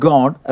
God